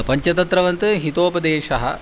पञ्चतत्रवन्त् हितोपदेशः